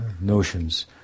notions